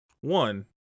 one